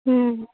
హ